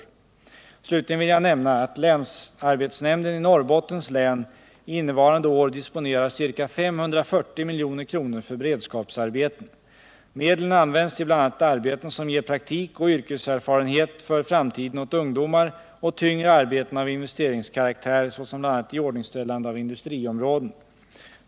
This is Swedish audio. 164 Slutligen vill jag nämna att länsarbetsnämnden i Norrbottens län inneva till bl.a. arbeten som ger praktik och yrkeserfarenhet för framtiden åt Fredagen den ungdomar och tyngre arbeten av investeringskaraktär, bl.a. iordningstäl 1 december 1978 lande av industriområden.